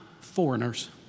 foreigners